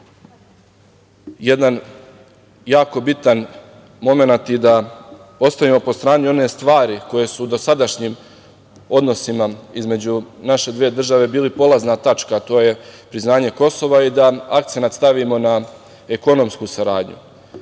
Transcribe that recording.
jedan jako bitan momenat i da ostavimo po strani one stvari koje su dosadašnjim odnosima između naše države bili polazna tačka, a to je priznanje Kosova i da akcenat stavimo na ekonomsku saradnju. Dakle,